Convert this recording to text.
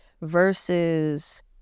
versus